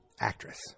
actress